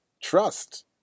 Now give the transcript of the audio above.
Trust